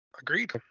Agreed